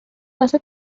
واست